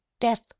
death